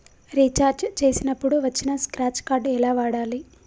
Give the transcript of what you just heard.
Recharge చేసినప్పుడు వచ్చిన scratch card ఎలా వాడాలి?